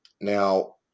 Now